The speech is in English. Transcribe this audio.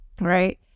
right